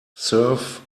serve